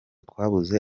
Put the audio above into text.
twabuze